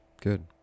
Good